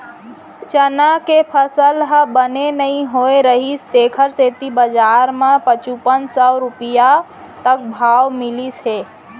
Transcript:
चना के फसल ह बने नइ होए रहिस तेखर सेती बजार म पचुपन सव रूपिया तक भाव मिलिस हे